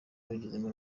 babigizemo